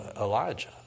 Elijah